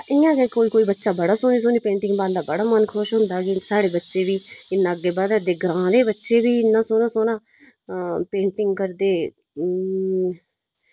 इ'यां गै कोई कोई बच्चा सोह्नी सोह्नी पेंटिंग पांदा बड़ा मन खुश होंदा कि साढ़े बच्चे बी इन्ना अग्गें बधा'रदे ग्रांऽ दे बच्चे बी इन्ना सोह्ना सोह्ना पेंटिंग करदे